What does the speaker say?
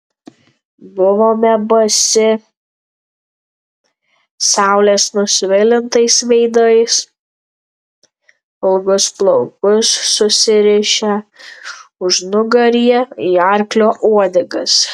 buvome basi saulės nusvilintais veidais ilgus plaukus susirišę užnugaryje į arklio uodegas